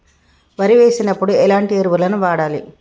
వరి వేసినప్పుడు ఎలాంటి ఎరువులను వాడాలి?